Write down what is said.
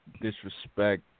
Disrespect